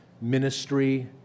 ministry